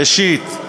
ראשית,